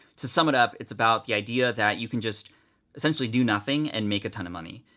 to sum it up, it's about the idea that you can just essentially do nothing and make a ton of money.